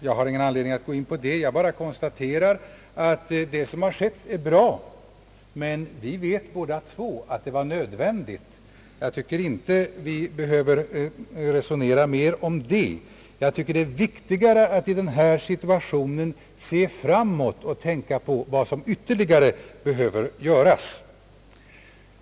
Jag har ingen anledning att gå in på detta. Jag bara konstaterar att det som skett är bra, men vi vet båda två att detta var nödvändigt — jag tycker inte att vi behöver resonera mer om detta. Jag tycker att det är viktigare att i denna situation se framåt och tänka på vad som ytterligare behöver göras.